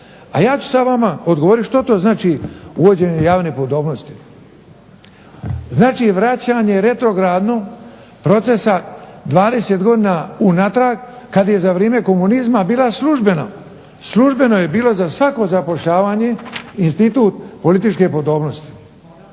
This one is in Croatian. A ja ću sad vama odgovoriti što to znači uvođenje javne podobnosti. Znači vraćanje retrogradno procesa 20 godina unatrag kad je za vrijeme komunizma bila službena, službeno je bilo za svako zapošljavanje institut političke podobnosti.